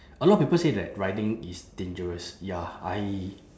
a lot of people say that riding is dangerous ya I